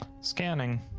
Scanning